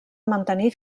mantenir